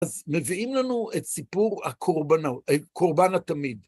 אז מביאים לנו את סיפור קורבן התמיד.